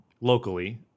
locally